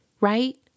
Right